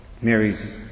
Mary's